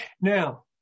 Now